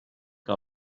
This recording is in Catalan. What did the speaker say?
que